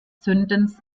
zündens